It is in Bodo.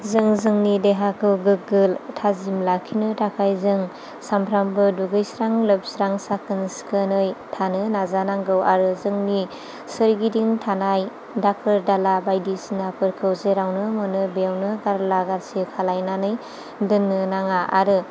जों जोंनि देहाखौ गोगो थाजिम लाखिनो थाखाय जों सामफ्रोमबो दुगैस्रां लोबस्रां साखोन सिखोनै थानो नाजानांगौ आरो जोंनि सोरगिदिं थानाय दाखोर दाला बायदिसिनाफोरखौ जेरावनो मोनो बेयावनो गारला गासि खालायनानै दोननो नाङा आरो